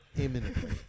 imminently